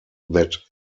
that